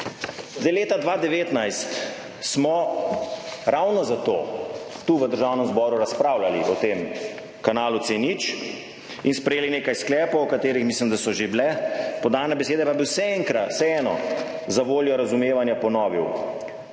Zdaj leta 2019, smo ravno zato tu v Državnem zboru razpravljali o tem kanalu C0 in sprejeli nekaj sklepov o katerih mislim, da so že bile podane besede, pa bi še enkrat vseeno zavoljo razumevanja ponovil.